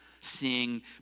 seeing